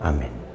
Amen